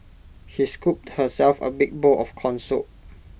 she scooped herself A big bowl of Corn Soup